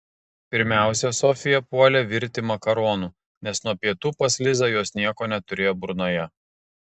pirmiausia sofija puolė virti makaronų nes nuo pietų pas lizą jos nieko neturėjo burnoje